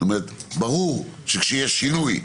ברור שכאשר יש שינוי,